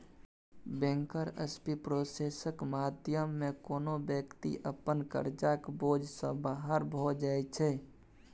bankruptcy प्रोसेसक माध्यमे कोनो बेकती अपन करजाक बोझ सँ बाहर भए जाइ छै